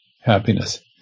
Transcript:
happiness